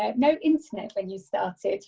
and no internet when you started.